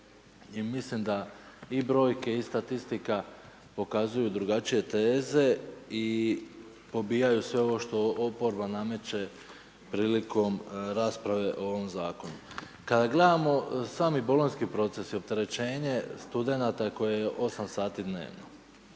mislim da i brojke i statistika pokazuju drugačije teze i pobijaju sve ovo što oporba nameće prilikom rasprave o ovom zakonu. Kad gledamo sami bolonjski proces i opterećenje studenata koje je 8 sati dnevno,